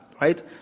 Right